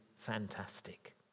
fantastic